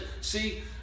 see